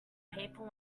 paper